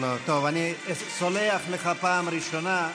טוב, אני סולח לך, פעם ראשונה,